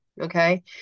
okay